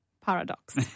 paradox